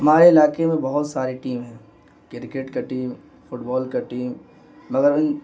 ہمارے علاقے میں بہت سارے ٹیم ہیں کرکٹ کا ٹیم فٹ بال کا ٹیم مگر ان